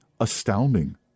astounding